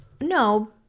No